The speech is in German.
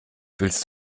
willst